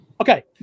Okay